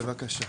כן, בבקשה.